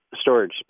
storage